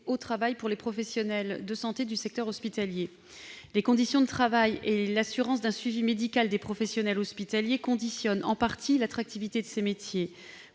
au travail pour les professionnels de santé du secteur hospitalier. Les conditions de travail et l'assurance d'un suivi médical des professionnels hospitaliers conditionnent en partie l'attractivité de ces métiers.